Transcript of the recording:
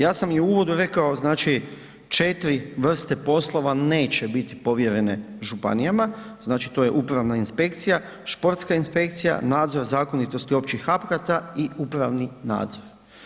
Ja sam i u uvodu rekao 4 vrste poslova neće biti povjerene županijama, znači to je upravna inspekcija, športska inspekcija, nadzor zakonitosti općih akata i upravni nadzor.